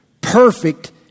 perfect